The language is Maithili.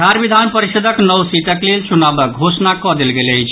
बिहार विधान परिषदक नओ सीटक लेल चुनावक घोषणा कऽ देल गेल अछि